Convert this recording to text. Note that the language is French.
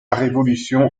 révolution